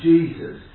Jesus